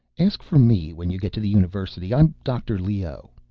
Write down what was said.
ask for me when you get to the university. i'm dr. leoh.